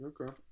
Okay